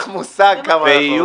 גברתי, את לא יודעת כמה אנחנו רציניים.